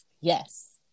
Yes